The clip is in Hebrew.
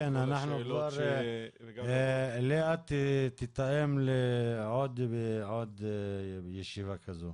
לאה תתאם לעוד ישיבה כזאת.